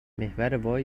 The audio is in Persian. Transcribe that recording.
محور